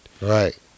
Right